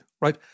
right